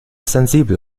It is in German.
sensibel